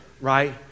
right